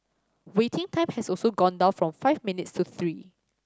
waiting time has also gone down from five minutes to three